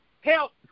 help